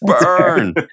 Burn